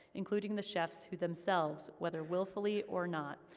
including the chefs who themselves, whether willfully or not,